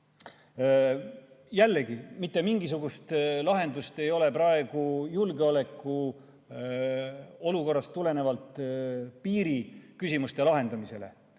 Jällegi, mitte mingisugust lahendust ei ole praegu julgeolekuolukorrast tulenevalt piiriküsimuste lahendamisele.